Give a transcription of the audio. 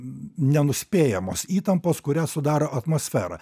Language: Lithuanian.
nenuspėjamos įtampos kurią sudaro atmosfera